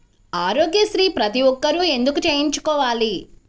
ఆరోగ్యశ్రీ ప్రతి ఒక్కరూ ఎందుకు చేయించుకోవాలి?